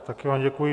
Taky vám děkuji.